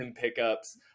pickups